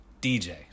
DJ